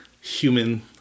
Human